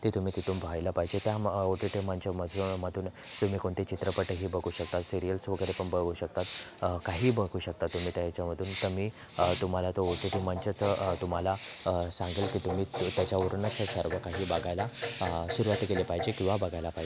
ते तुम्ही तिथून पाहायला पाहिजे त्या ओ टी टी मंचमध्ये मधून तुम्ही कोणते चित्रपटही बघू शकता सिरियल्स वगैरे पण बघू शकता काही बघू शकता तुम्ही त्या याच्यामधून तर मी तुम्हाला तो ओ टी टी मंचचं तुम्हाला सांगेल की तुम्ही त्याच्यावरूनच हे सर्व काही बघायला सुरुवाती केली पाहिजे किंवा बघायला पाय